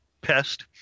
pest